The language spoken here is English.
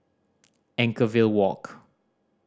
Anchorvale Walk